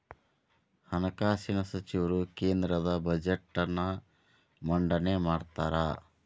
ಹಣಕಾಸಿನ ಸಚಿವರು ಕೇಂದ್ರದ ಬಜೆಟ್ನ್ ಮಂಡನೆ ಮಾಡ್ತಾರಾ